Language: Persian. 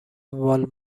وال